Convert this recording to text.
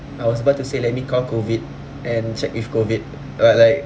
I was about to say let me call COVID and check with COVID but like